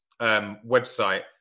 website